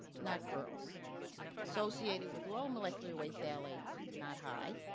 not girls associated with low molecular weight phthalates, not high.